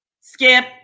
Skip